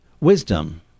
wisdom